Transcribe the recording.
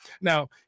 Now